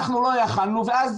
אנחנו לא יכולנו ואז